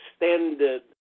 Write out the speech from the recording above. extended